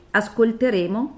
ascolteremo